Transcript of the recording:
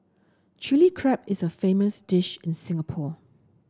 Chilli Crab is a famous dish in Singapore